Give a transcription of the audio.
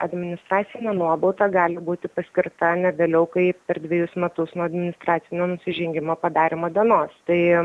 administracinė nuobauda gali būti paskirta ne vėliau kaip per dvejus metus nuo administracinio nusižengimo padarymo dienos tai